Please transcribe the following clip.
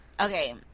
Okay